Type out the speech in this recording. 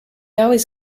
always